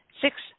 Six